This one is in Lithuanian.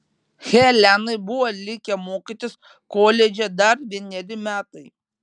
helenai buvo likę mokytis koledže dar vieneri metai